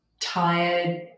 tired